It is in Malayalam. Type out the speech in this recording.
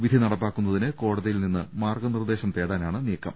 വിധി നടപ്പാക്കുന്നതിന് കോടതിയിൽ നിന്ന് മാർഗനിർദ്ദേശം തേടാനാണ് നീക്കം